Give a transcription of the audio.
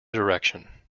direction